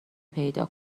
پیدا